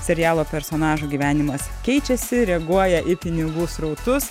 serialo personažų gyvenimas keičiasi reaguoja į pinigų srautus